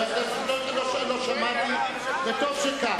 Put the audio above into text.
היית צריך לשמוע, לא שמעתי, וטוב שכך.